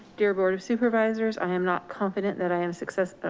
dear board of supervisors. i am not confident that i am success.